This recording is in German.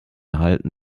halten